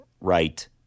right